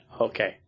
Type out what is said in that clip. Okay